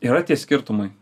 yra tie skirtumai